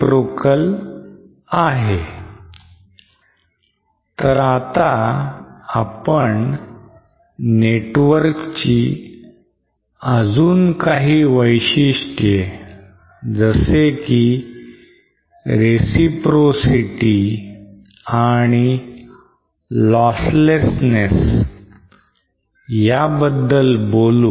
तर आता आपण networkची अजून काही वैशिष्ट्ये जसे की reciprocity आणि losslessness याबद्दल बोलू